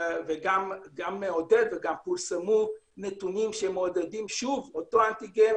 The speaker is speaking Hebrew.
וגם פורסמו נתונים שמודדים שוב אותו אנטיגן,